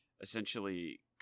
essentially